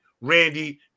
Randy